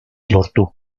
lortu